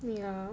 yeah